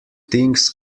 things